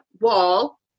wall